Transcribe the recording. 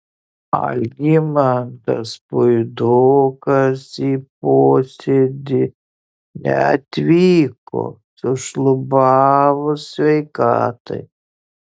algimantas puidokas į posėdį neatvyko sušlubavus sveikatai